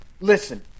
Listen